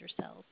cells